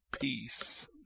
peace